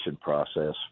process